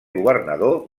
governador